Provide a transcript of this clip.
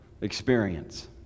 experience